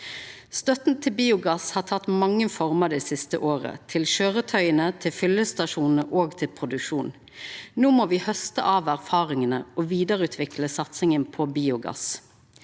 Støtta til biogass har teke mange former det siste året, til køyretøya, til fyllestasjonane og til produksjonen. No må me hausta av erfaringane og vidareutvikla satsinga på biogass.